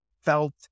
felt